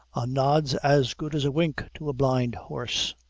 a nod's as good as a wink to a blind horse.